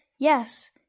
Yes